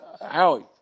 Howie